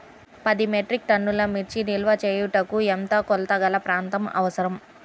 పది మెట్రిక్ టన్నుల మిర్చి నిల్వ చేయుటకు ఎంత కోలతగల ప్రాంతం అవసరం?